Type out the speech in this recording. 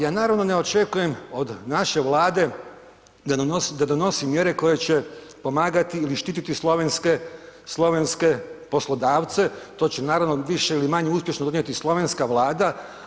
Ja naravno ne očekujem od naše Vlade da donosi, da donosi mjere koje će pomagati ili štititi slovenske, slovenske poslodavce, to će naravno više ili manje uspješno donijeti slovenska Vlada.